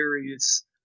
various